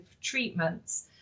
treatments